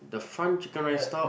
the front chicken rice store